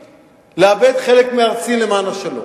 לאבד חלק מארצי למען השלום,